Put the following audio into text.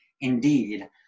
Indeed